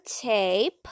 tape